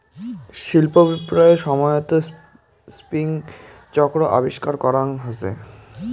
শিল্প বিপ্লবের সময়ত স্পিনিং চক্র আবিষ্কার করাং হসে